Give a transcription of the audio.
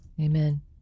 Amen